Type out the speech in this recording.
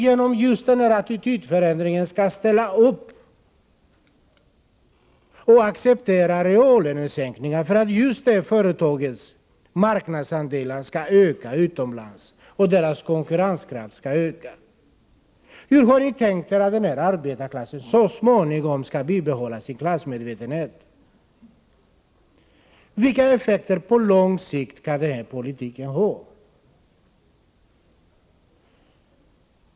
Med denna attitydförändring skall ni ställa upp och acceptera reallönesänkningar för att just ert företags marknadsandelar utomlands skall öka och för att företagets konkurrenskraft skall öka. Men hur har ni tänkt er att denna arbetarklass på sikt skall kunna bibehålla sin klassmedvetenhet? Vilka effekter på lång sikt kan er politik få?